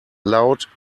loud